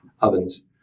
ovens